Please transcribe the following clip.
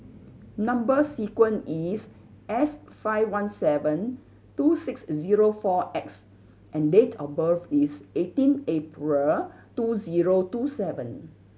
number sequence is S five one seven two six zero four X and date of birth is eighteen April two zero two seven